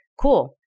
Cool